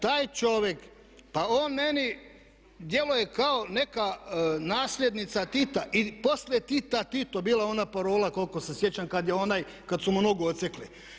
Taj čovjek, pa on meni djeluje kao neka nasljednica Tita i poslije Tita Tito, bila je ona parola koliko se sjećam kad je onaj, kad su mu nogu odsjekli.